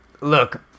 look